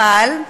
אבל,